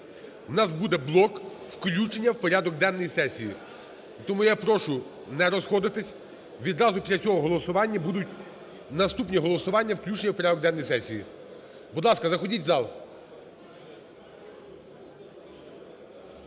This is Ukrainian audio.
у нас буде блок "включення у порядок денний сесії." Тому я прошу не розходитись, відразу після цього голосування будуть наступні голосування – включення у порядок денний сесії. Будь ласка, заходіть у зал.